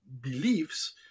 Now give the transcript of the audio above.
beliefs